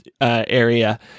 area